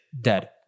Dead